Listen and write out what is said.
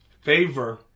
Favor